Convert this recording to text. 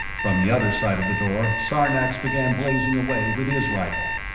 from the other side of the door, sarnax began blazing away with his rifle.